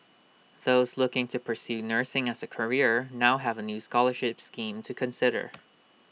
those looking to pursue nursing as A career now have A new scholarship scheme to consider